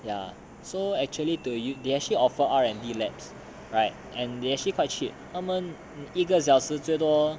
ya so actually to you they actually offer R&D labs right and they actually quite cheap 一个小时最多